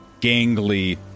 gangly